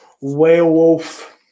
werewolf